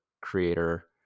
creator